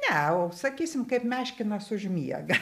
ne o sakysim kaip meškinas užmiega